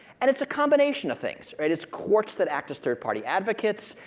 and it's a combination of things. it's courts that act as third party advocates,